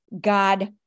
God